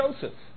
Joseph